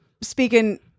speaking